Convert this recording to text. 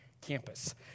campus